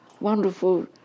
wonderful